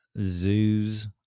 zoos